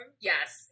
Yes